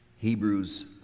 Hebrews